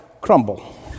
crumble